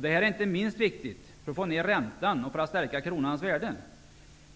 Detta är inte minst viktigt för att få ner räntan och stärka kronans värde.